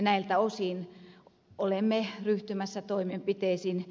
näiltä osin olemme ryhtymässä toimenpiteisiin